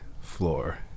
floor